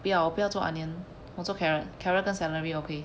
不要我不要做 onion 我做 carrot carrot 跟 celery okay